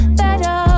better